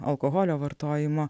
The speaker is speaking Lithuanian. alkoholio vartojimo